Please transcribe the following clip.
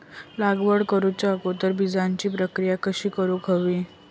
लागवड करूच्या अगोदर बिजाची प्रकिया कशी करून हवी?